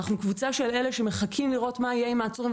אנחנו קבוצה של אלה שמחכים לראות מה יהיה עם העצורים,